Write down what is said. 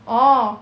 orh